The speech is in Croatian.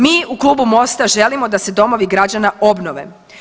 Mi u Klubu Mosta želimo da se domovi građana obnove.